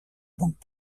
banque